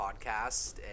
Podcast